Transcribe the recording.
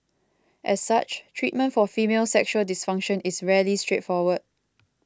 as such treatment for female sexual dysfunction is rarely straightforward